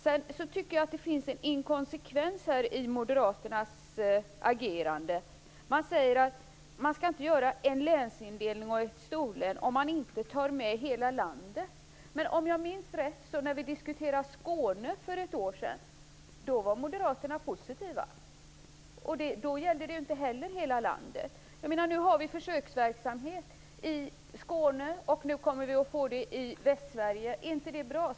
Jag tycker att det finns en inkonsekvens i Moderaternas agerande. Man säger att det inte skall göras någon länsindelning eller något storlän om inte hela landet tas med. Men om jag minns rätt var Moderaterna positiva när vi diskuterade Skåne för ett år sedan. Då gällde det ju inte heller hela landet! Nu har vi en försöksverksamhet i Skåne, och kommer att få det i Västsverige. Är inte det bra?